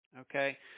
Okay